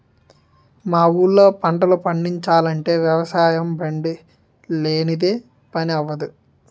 మా ఊళ్ళో పంటలు పండిచాలంటే వ్యవసాయబండి లేనిదే పని అవ్వదు